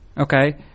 Okay